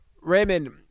Raymond